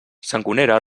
sangonera